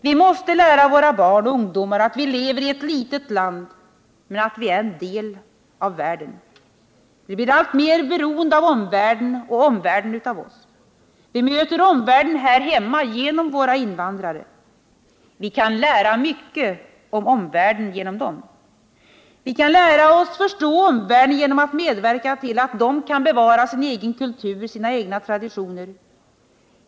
Vi måste lära våra barn och ungdomar att vi lever i ett litet land men att vi är en del av världen. Vi blir alltmer beroende av omvärlden, och omvärlden av oss. Vi möter omvärlden här hemma genom våra invandrare. Vi kan lära mycket om omvärlden genom dem. Vi kan lära oss att förstå omvärlden genom att medverka till att de kan bevara sin egen kultur, sina egna traditioner.